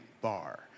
bar